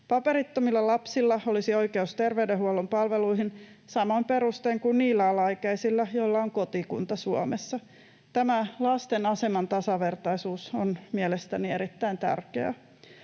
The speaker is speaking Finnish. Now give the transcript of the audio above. Paperittomilla lapsilla olisi oikeus terveydenhuollon palveluihin samoin perustein kuin niillä alaikäisillä, joilla on kotikunta Suomessa. Tämä lasten aseman tasavertaisuus on mielestäni erittäin tärkeää.